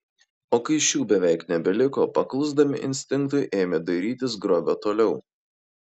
o kai šių beveik nebeliko paklusdami instinktui ėmė dairytis grobio toliau